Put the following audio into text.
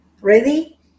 ready